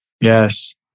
Yes